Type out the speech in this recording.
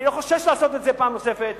אני לא חושש לעשות את זה פעם נוספת.